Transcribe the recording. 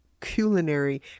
culinary